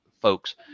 folks